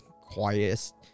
quietest